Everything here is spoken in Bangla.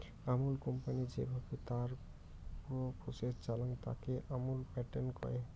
আমুল কোম্পানি যেভাবে তার পুর প্রসেস চালাং, তাকে আমুল প্যাটার্ন কয়